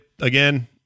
again